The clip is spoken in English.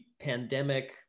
pandemic